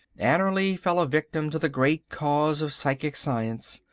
annerly fell a victim to the great cause of psychic science,